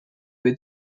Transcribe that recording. with